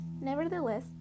Nevertheless